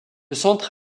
centre